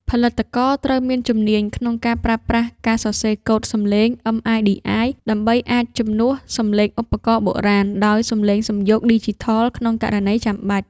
ផលិតករត្រូវមានជំនាញក្នុងការប្រើប្រាស់ ការសរសេរកូដសំឡេង MIDI ដើម្បីអាចជំនួសសំឡេងឧបករណ៍បុរាណដោយសំឡេងសំយោគឌីជីថលក្នុងករណីចាំបាច់។